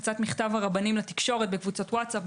הפצת מכתב הרבנים לתקשורת בקבוצות ווטסאפ,